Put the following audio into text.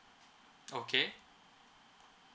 okay